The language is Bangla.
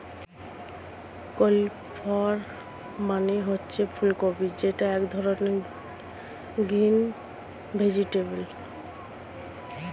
কলিফ্লাওয়ার মানে হচ্ছে ফুলকপি যেটা এক ধরনের গ্রিন ভেজিটেবল